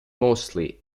mostly